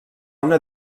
una